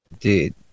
dude